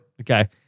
Okay